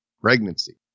pregnancy